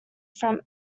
from